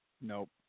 Nope